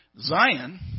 Zion